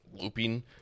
looping